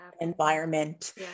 environment